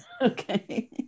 Okay